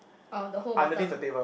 oh the whole bottom